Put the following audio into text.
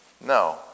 No